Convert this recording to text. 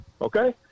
okay